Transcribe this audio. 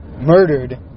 murdered